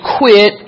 quit